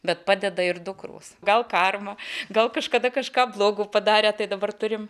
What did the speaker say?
bet padeda ir dukros gal karma gal kažkada kažką blogo padarė tai dabar turime